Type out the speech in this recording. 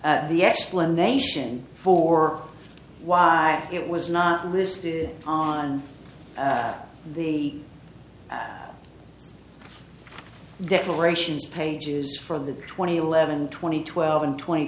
the explanation for why it was not listed on the declarations pages for the twenty eleven twenty twelve and twenty